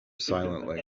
silently